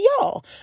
y'all